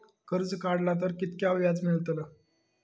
कर्ज काडला तर कीतक्या व्याज मेळतला?